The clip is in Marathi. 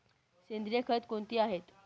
सेंद्रिय खते कोणती आहेत?